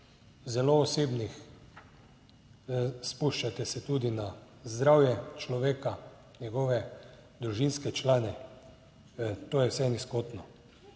zelo osebnih. Spuščate se tudi na zdravje človeka, njegove družinske člane. To je vse nizkotno.